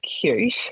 cute